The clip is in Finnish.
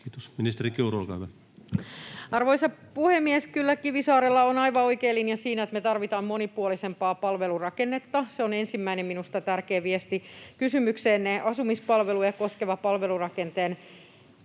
16:07 Content: Arvoisa puhemies! Kyllä Kivisaarella on aivan oikea linja siinä, että me tarvitaan monipuolisempaa palvelurakennetta. Se on minusta ensimmäinen tärkeä viesti kysymykseenne. Asumispalveluja koskeva palvelurakenteen